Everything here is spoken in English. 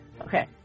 Okay